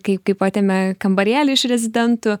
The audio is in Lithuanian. kai kaip atėmė kambarėlį iš rezidentų